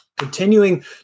continuing